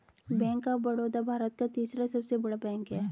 bank of Baroda Bharat का तीसरा सबसे बड़ा बैंक हैं